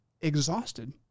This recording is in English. Exhausted